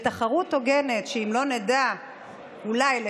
בתחרות הוגנת, אם לא נדע לשמר